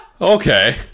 okay